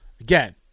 again